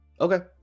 okay